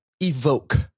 evoke